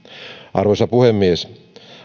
arvoisa puhemies